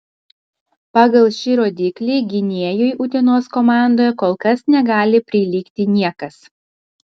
pagal šį rodiklį gynėjui utenos komandoje kol kas negali prilygti niekas